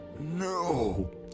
No